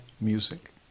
music